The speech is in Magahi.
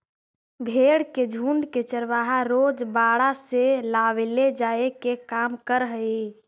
भेंड़ के झुण्ड के चरवाहा रोज बाड़ा से लावेले जाए के काम करऽ हइ